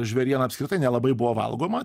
žvėriena apskritai nelabai buvo valgoma